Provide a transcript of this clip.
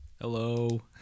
hello